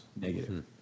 negative